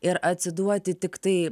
ir atsiduoti tiktai